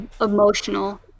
emotional